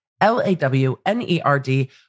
L-A-W-N-E-R-D